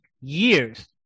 years